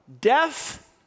Death